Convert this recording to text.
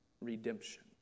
redemption